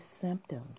symptoms